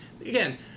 again